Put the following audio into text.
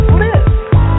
live